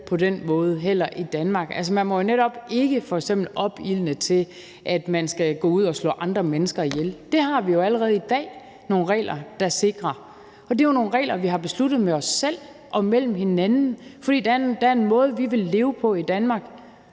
på den måde i Danmark. Altså, man må jo netop ikke f.eks. opildne til, at man skal gå ud og slå andre mennesker ihjel. Det har vi jo allerede i dag nogle regler der sikrer. Det er nogle regler, vi har besluttet med os selv og med hinanden, fordi det er en måde, vi vil leve på i Danmark,